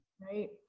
Right